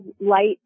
light